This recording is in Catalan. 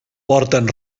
porten